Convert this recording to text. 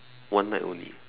one night only